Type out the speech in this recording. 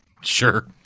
Sure